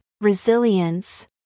resilience